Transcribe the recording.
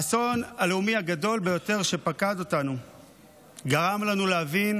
האסון הלאומי הגדול ביותר שפקד אותנו גרם לנו להבין